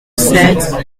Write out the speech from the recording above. sept